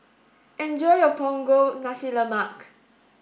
enjoy your Punggol Nasi Lemak